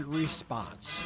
response